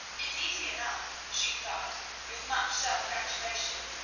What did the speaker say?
it's easy enough, she thought with much self-gratulation,